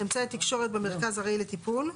אמצעי תקשורת במרכז ארעי לטיפול.